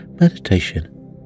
meditation